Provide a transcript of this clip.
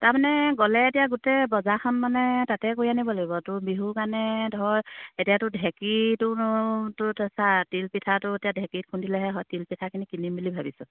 তাৰমানে গ'লে এতিয়া গোটেই বজাৰখন মানে তাতে কৰি আনিব লাগিব বিহুৰ কাৰণে ধৰ এতিয়াতো ঢেঁকীটোত চা তিলপিঠাটো এতিয়া ঢেকীত খুন্দিলেহে হয় তিল পিঠাখিনি কিনিম বুলি ভাবিছোঁ